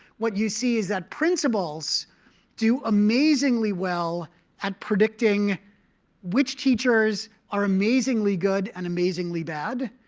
what you see is that principals do amazingly well at predicting which teachers are amazingly good and amazingly bad.